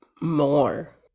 more